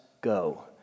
go